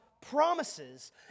promises